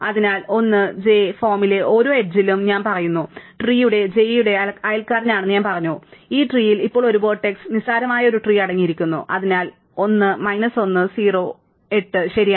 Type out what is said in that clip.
അതിനാൽ 1 j ഫോമിലെ ഓരോ എഡ്ജ് ലും ഞാൻ പറയുന്നു ട്രീടെ j യുടെ അയൽക്കാരനാണെന്ന് ഞാൻ പറഞ്ഞു അതിനാൽ ഈ ട്രീൽ ഇപ്പോൾ ഒരു വെർട്ടെക്സ് നിസ്സാരമായ ഒരു ട്രീ അടങ്ങിയിരിക്കുന്നു അതിനാൽ 1 1 0 8 ശരിയാണ്